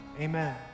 Amen